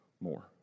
more